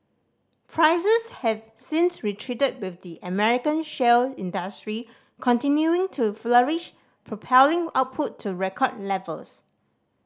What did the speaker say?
prices have since retreated with the American shale industry continuing to flourish propelling output to record levels